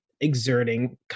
exerting